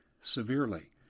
Severely